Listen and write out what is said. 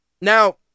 Now